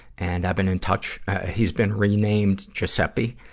and i've been in touch he's been renamed giuseppe.